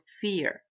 fear